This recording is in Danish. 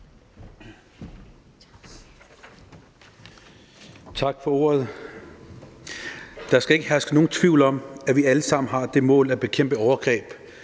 Tak. Der skal ikke herske nogen tvivl om, at vi alle sammen har det mål at bekæmpe overgreb